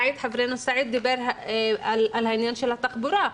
ח"כ אלחרומי דיבר על העניין של התחבורה,